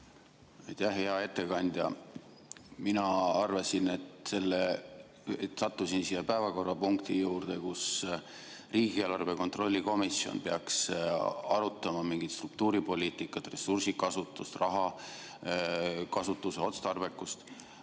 Hea ettekandja! Mina arvasin, et sattusin päevakorrapunkti [arutelule], kus riigieelarve kontrolli erikomisjon peaks arutama mingit struktuuripoliitikat, ressursikasutust, rahakasutuse otstarbekust,